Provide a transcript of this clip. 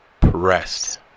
Pressed